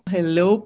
Hello